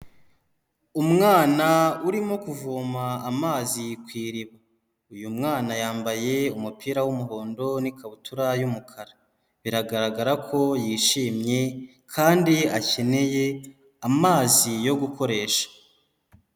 Umwana urimo kuvoma amazi ku iriba, uyu mwana yambaye umupira w'umuhondo n'ikabutura y'umukara biragaragara ko yishimye kandi akeneye amazi yo gukoresha.